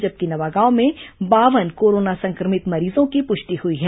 जबकि नवागांव में बावन कोरोना संक्रमित मरीजों की पुष्टि हुई है